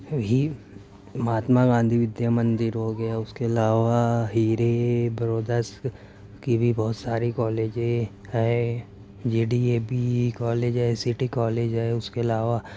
ہی مہاتما گاندھی ودیہ مندر ہو گیا اس کے علاوہ ہیرے برودس کی بھی بہت ساری کالجیں ہے J D A B E college ہے سٹی کالج ہے اس کے علاوہ